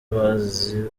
bazi